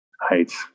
heights